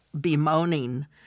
bemoaning